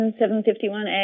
751A